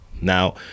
Now